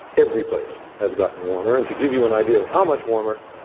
every place has gotten warmer and to give you an idea of how much warmer,